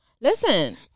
Listen